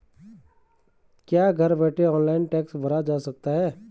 क्या घर बैठे ऑनलाइन टैक्स भरा जा सकता है?